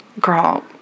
girl